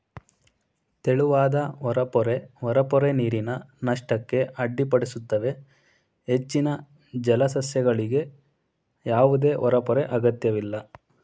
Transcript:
ತೆಳುವಾದ ಹೊರಪೊರೆ ಹೊರಪೊರೆ ನೀರಿನ ನಷ್ಟಕ್ಕೆ ಅಡ್ಡಿಪಡಿಸುತ್ತವೆ ಹೆಚ್ಚಿನ ಜಲಸಸ್ಯಗಳಿಗೆ ಯಾವುದೇ ಹೊರಪೊರೆ ಅಗತ್ಯವಿಲ್ಲ